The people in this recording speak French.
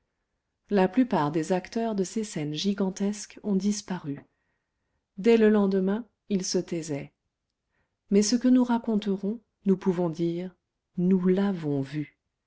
la plupart des acteurs de ces scènes gigantesques ont disparu dès le lendemain ils se taisaient mais ce que nous raconterons nous pouvons dire nous l'avons vu